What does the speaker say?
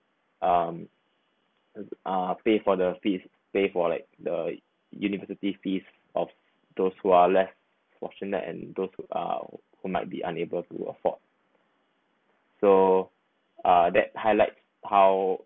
um uh pay for the fees pay for like the university fees of those who are less fortunate and those who are who might be unable to afford so uh that highlights how